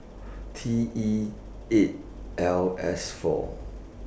T E eight L S four